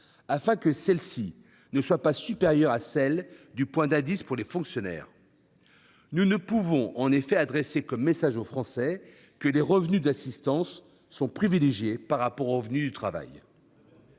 revalorisation ne soit pas supérieure à celle du point d'indice pour les fonctionnaires. En effet, nous ne pouvons pas adresser comme message aux Français que les revenus de l'assistance sont privilégiés par rapport aux revenus du travail.